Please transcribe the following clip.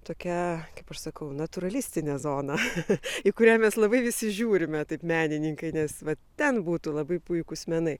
tokia kaip aš sakau natūralistinė zona į kurią mes labai visi žiūrime taip menininkai nes ten būtų labai puikūs menai